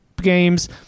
games